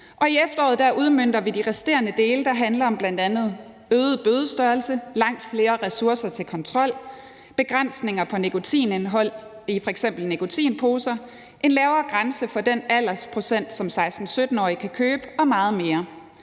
i efteråret udmønter vi de resterende dele, der handler om bl.a. øget bødestørrelse, langt flere ressourcer til kontrol, begrænsning af nikotinindholdet i f.eks. nikotinposer, en lavere grænse for den alkoholprocent, som 16-17-årige kan købe, og meget mere.